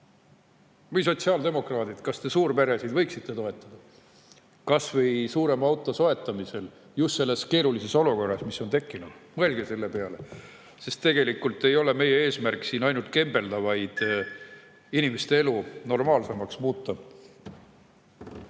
raskeks. Sotsiaaldemokraadid, kas te suurperesid võiksite toetada, kas või suurema auto soetamisel, just selles keerulises olukorras, mis on tekkinud? Mõelge selle peale! Sest tegelikult ei ole meie eesmärk siin ainult kembelda, vaid inimeste elu normaalsemaks muuta. Igal